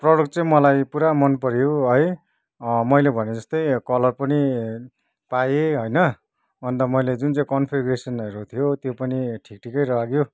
product चाहिँ मलाई पुरा मन पऱ्यो है मैले भने जस्तै कलर पनि पाएँ होइन अन्त मैले जुन चाहिँ कन्फिगरेसनहरू थियो त्यो पनि ठिक ठिकै लाग्यो